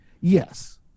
Yes